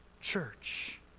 church